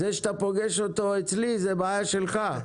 שזה שאתה פוגש אותו אצלי זה בעיה שלך.